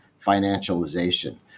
financialization